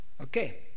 Okay